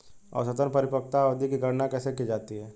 औसत परिपक्वता अवधि की गणना कैसे की जाती है?